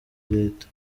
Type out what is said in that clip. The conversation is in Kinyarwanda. leta